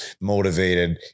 motivated